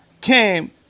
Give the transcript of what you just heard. came